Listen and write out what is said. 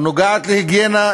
נוגעת להיגיינה,